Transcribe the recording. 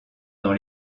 dans